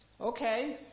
Okay